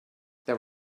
there